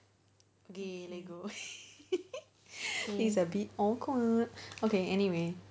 okay leggo this is a bit awkward okay anyway